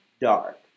dark